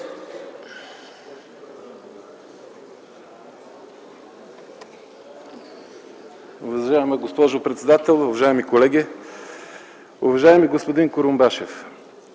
Уважаема госпожо председател, уважаеми колеги! Уважаеми господин Курумбашев,